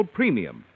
Premium